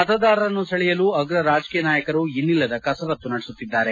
ಮತದಾರರನ್ನು ಸೆಳೆಯಲು ಅಗ್ರ ರಾಜಕೀಯ ನಾಯಕರು ಇನ್ನಿಲ್ಲದ ಕಸರತ್ತು ನಡೆಸುತ್ತಿದ್ದಾರೆ